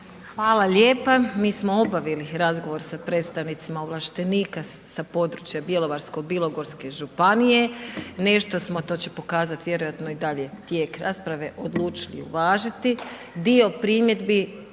Hvala lijepa. Mi smo obavili razgovor sa predstavnicima ovlaštenika sa područja Bjelovarsko-bilogorske županije. Nešto smo, to će pokazati vjerojatno i dalje tijek rasprave, odlučili uvažiti.